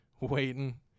waiting